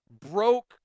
Broke